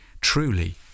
truly